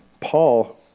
Paul